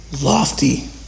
Lofty